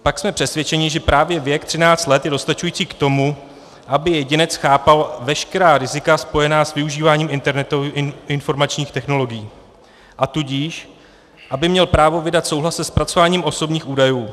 Tak jsme přesvědčeni, že právě věk 13 let je dostačující k tomu, aby jedinec chápal veškerá rizika spojená s využíváním informačních technologií, a tudíž aby měl právo vydat souhlas se zpracováním osobních údajů.